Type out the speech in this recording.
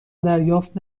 دریافت